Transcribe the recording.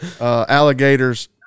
alligators